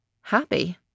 happy